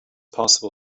possible